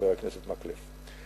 חבר הכנסת מקלב,